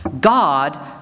God